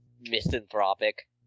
misanthropic